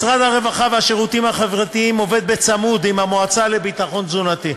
משרד הרווחה והשירותים החברתיים עובד בצמוד עם המועצה לביטחון תזונתי.